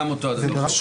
גם אותו דבר.